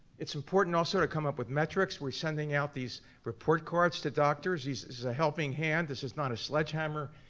it's important also to come up with metrics. we're sending out these report cards to doctors. this is a helping hand, this is not a sledgehammer.